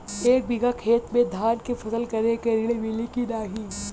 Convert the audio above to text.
एक बिघा खेत मे धान के फसल करे के ऋण मिली की नाही?